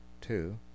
two